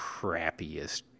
crappiest